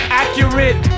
accurate